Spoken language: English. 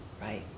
Right